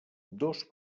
dos